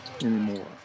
anymore